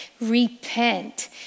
Repent